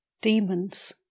demons